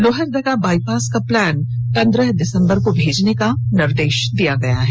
Lohardaga bypass का plan पंद्रह दिसंबर को भेजने का निर्देश दिया गया है